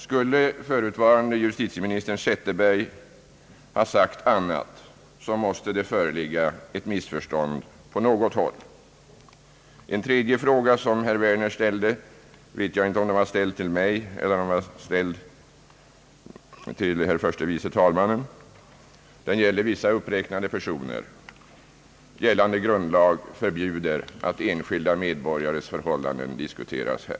Skulle förutvarande justitieministern Zetterberg beträffande ett annat fall ha sagt något annat, måste det föreligga ett missförstånd på något håll. Herr Werner ställde en tredje fråga — jag vet inte om den var riktad till mig eller till herr förste vice talmannen. Den avser vissa uppräknade personer. Gällande grundlag förbjuder att enskilda medborgares förhållanden diskuteras här.